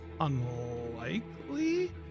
unlikely